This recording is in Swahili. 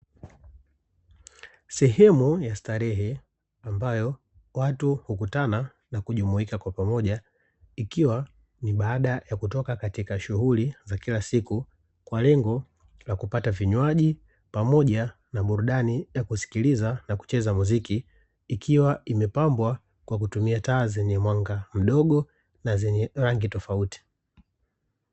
Sehemu ya starehe, ambayo watu ukutana na kujumuika kwa pamoja ikiwa ni baada ya kutoka katika shuhuli za kila siku kwa lengo la kupata vinywaji pamoja na burudani ya kusikiliza na kucheza muziki, ikiwa imepambwa kwa kutumia taa zenye mwanga mdogo na zenye rangi tofauti.